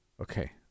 Okay